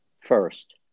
First